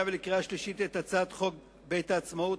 ולקריאה שלישית את הצעת חוק בית העצמאות,